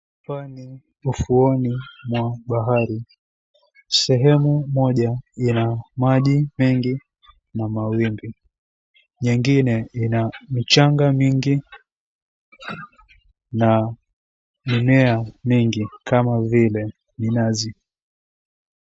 Ufuoni mwa bahari, sehemu moja ina maji mengi na mawimbi, nyengine ina mchanga mingi na mimea mingi kama vile minazi.